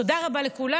תודה רבה לכולם.